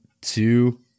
two